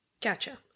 Gotcha